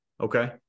Okay